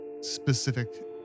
specific